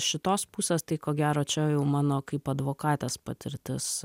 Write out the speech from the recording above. šitos pusės tai ko gero čia jau mano kaip advokatės patirtis